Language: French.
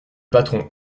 patron